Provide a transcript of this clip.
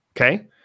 Okay